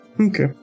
Okay